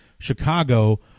Chicago